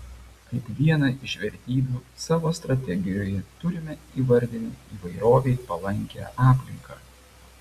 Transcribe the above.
kaip vieną iš vertybių savo strategijoje turime įvardinę įvairovei palankią aplinką